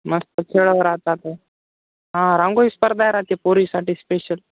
मस्त खेळं राहतात हा रांगोळी स्पर्धा राहाते पोरीसाठी स्पेशल